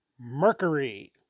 Mercury